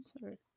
Sorry